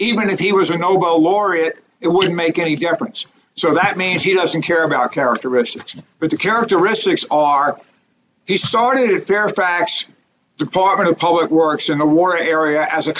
even if he was a nobel laureate it wouldn't make any difference so that means he doesn't care about our characteristics but the characteristics are he started fairfax department of public works in the war area as a